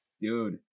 dude